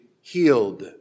healed